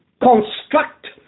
Construct